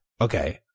Okay